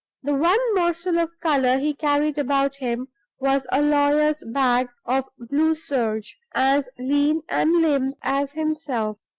the one morsel of color he carried about him was a lawyer's bag of blue serge, as lean and limp as himself.